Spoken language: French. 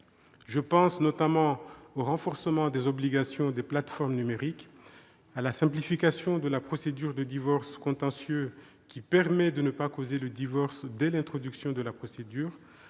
Je pense, notamment, au renforcement des obligations des plateformes numériques ; à la simplification de la procédure de divorce contentieux qui permet de ne pas causer le divorce dès l'introduction de la procédure